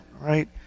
Right